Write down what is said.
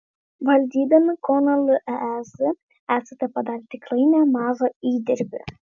valdydami kauno lez esate padarę tikrai nemažą įdirbį